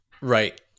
Right